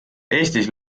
eestis